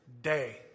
day